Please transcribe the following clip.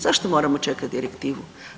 Zašto moramo čekati direktivu?